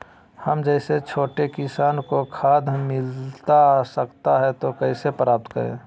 हम जैसे छोटे किसान को खाद मिलता सकता है तो कैसे प्राप्त करें?